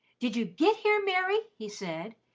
did you get here, mary? he said.